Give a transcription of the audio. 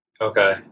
Okay